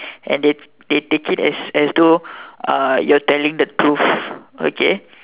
and they they they take as as though uh you are telling the truth okay